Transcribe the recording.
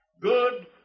Good